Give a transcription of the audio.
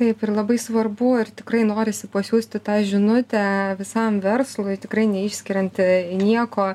taip ir labai svarbu ir tikrai norisi pasiųsti tą žinutę visam verslui tikrai neišskirianti nieko